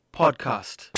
podcast